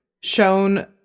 shown